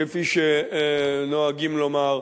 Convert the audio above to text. כפי שנוהגים לומר,